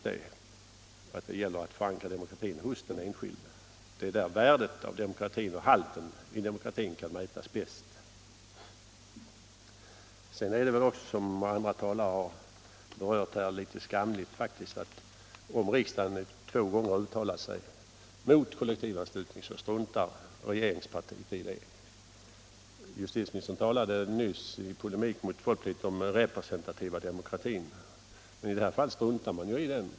Det gäller alltså att förankra demokratin hos den enskilde. Det är där värdet av demokratin och halten i demokratin kan mätas bäst. Riksdagen har två gånger uttalat sig mot kollektivanslutning. Det är skamligt — det har också andra talare här berört — att regeringspartiet struntar i det. Justitieministern talade nyss om den representativa demokratin. I detta fall struntar man ju i den.